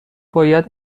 باید